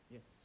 Yes